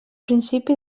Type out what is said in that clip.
principi